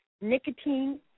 nicotine